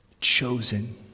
Chosen